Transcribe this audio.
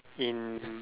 in